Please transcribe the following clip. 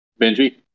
Benji